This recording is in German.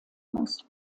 muss